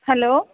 hello